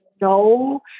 no